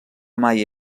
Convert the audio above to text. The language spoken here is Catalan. mai